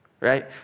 right